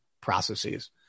processes